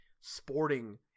sporting